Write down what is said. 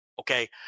Okay